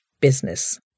business